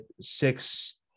six